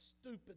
stupid